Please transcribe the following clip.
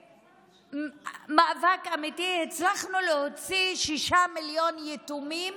במאבק אמיתי הצלחנו להוציא 6 מיליון יתומים